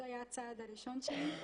זה היה הצעד הראשון שלי,